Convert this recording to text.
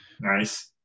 Nice